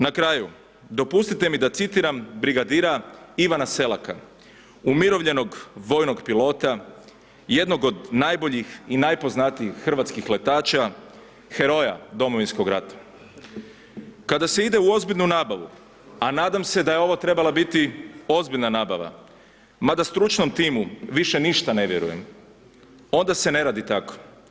Na kraju, dopustite mi da citiram brigadira Ivana Selaka, umirovljenog vojnog pilota, jednog od najboljih i najpoznatijih hrvatskih letača, heroja Domovinskog rata: „Kada se ide u ozbiljnu nabavu, a nadam se da je ovo trebala biti ozbiljna nabava, mada stručnom timu više ništa ne vjerujem, onda se ne radi tako.